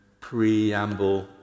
preamble